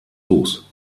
los